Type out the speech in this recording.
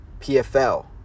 PFL